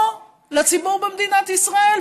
או לציבור במדינת ישראל,